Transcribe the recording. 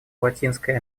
латинской